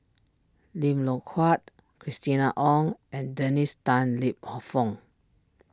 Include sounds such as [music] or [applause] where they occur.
Lim Loh Huat Christina Ong and Dennis Tan Lip [noise] Fong